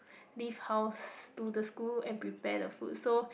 leave house to the school and prepare the food so